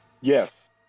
Yes